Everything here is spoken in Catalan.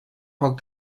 poc